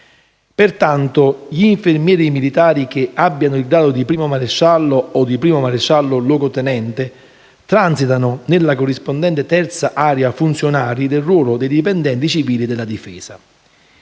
Pertanto, gli infermieri militari che abbiano il grado di 1° maresciallo o di 1° maresciallo luogotenente transitano nella corrispondente terza area "funzionari" del ruolo dei dipendenti civili della Difesa.